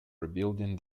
rebuilding